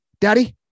Daddy